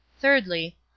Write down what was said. Thirdly